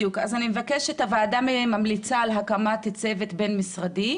הוועדה ממליצה על הקמת צוות בין-משרדי,